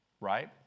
right